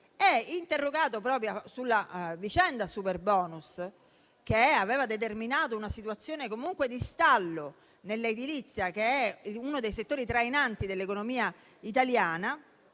interrogato proprio sulla vicenda del superbonus, che aveva determinato una situazione di stallo nell'edilizia, uno dei settori trainanti dell'economia italiana,